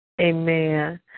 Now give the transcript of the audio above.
Amen